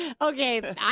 Okay